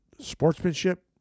sportsmanship